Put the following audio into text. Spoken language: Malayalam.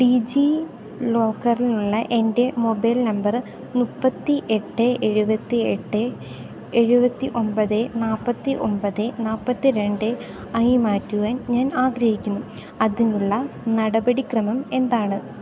ഡിജിലോക്കറിലുള്ള എൻ്റെ മൊബൈൽ നമ്പറ് മുപ്പത്തി എട്ട് എഴുപത്തി എട്ട് എഴുപത്തി ഒമ്പത് നാൽപ്പത്തി ഒമ്പത് നാൽപ്പത്തി രണ്ട് ആയി മാറ്റുവാൻ ഞാൻ ആഗ്രഹിക്കുന്നു അതിനുള്ള നടപടിക്രമം എന്താണ്